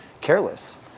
careless